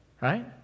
Right